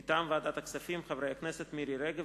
מטעם ועדת הכספים: חברי הכנסת מירי רגב,